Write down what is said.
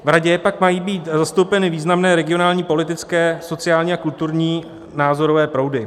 V radě pak mají být zastoupeny významné regionální, politické, sociální a kulturní názorové proudy.